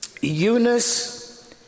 Eunice